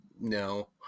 no